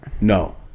No